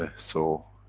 ah so,